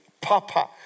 Papa